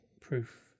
proof